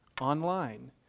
online